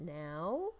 now